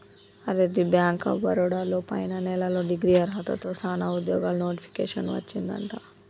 అరే the bank of Baroda లో పైన నెలలో డిగ్రీ అర్హతతో సానా ఉద్యోగాలు నోటిఫికేషన్ వచ్చిందట